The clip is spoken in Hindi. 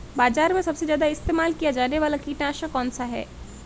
बाज़ार में सबसे ज़्यादा इस्तेमाल किया जाने वाला कीटनाशक कौनसा है?